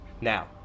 Now